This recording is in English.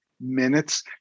minutes